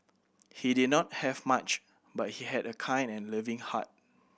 he did not have much but he had a kind and loving heart